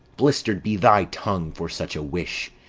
blister'd be thy tongue for such a wish!